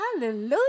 hallelujah